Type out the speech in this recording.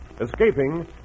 Escaping